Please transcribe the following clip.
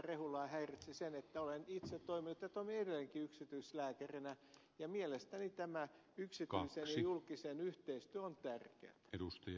rehulaa häiritsivät että olen itse toiminut ja toimin edelleenkin yksityislääkärinä ja mielestäni tämä yksityisen ja julkisen yhteistyö on tärkeätä